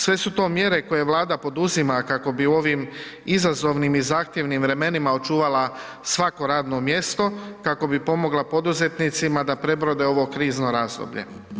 Sve su to mjere koje Vlada poduzima kako bi u ovim izazovnim i zahtjevnim vremenima očuvala svako radno mjesto, kako bi pomogla poduzetnicima da prebrode ovo krizno razdoblje.